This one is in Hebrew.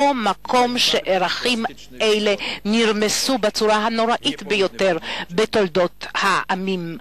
מקום שערכים אלה נרמסו בו בצורה האכזרית ביותר בתולדות העמים,